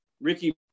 Ricky